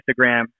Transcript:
Instagram